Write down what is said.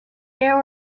there